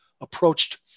approached